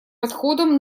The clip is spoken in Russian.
подходам